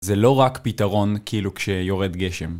זה לא רק פתרון כאילו כשיורד גשם.